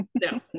no